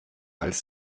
als